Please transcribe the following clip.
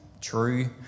true